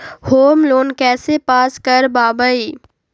Home loan कैसे pass कर बाबई?